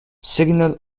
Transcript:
signal